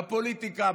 בפוליטיקה,